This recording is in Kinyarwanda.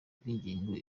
bw’ingingo